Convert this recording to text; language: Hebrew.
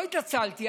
לא התעצלתי,